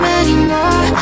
anymore